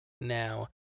now